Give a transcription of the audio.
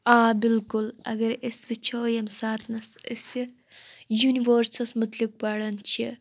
آ بِلکُل اگرے أسۍ وٕچھو ییٚمہِ ساتٕنَس اسہِ یوٚنِوٲرسَس مُتعلِق پران چھِ